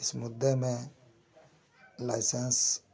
इस मुद्दे में लाइसेंस